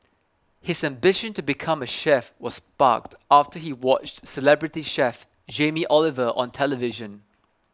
his ambition to become a chef was sparked after he watched celebrity chef Jamie Oliver on television